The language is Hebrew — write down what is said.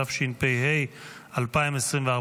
התשפ"ה 2024,